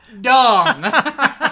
dong